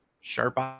sharp